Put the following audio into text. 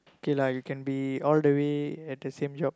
k lah you can be all the way at the same job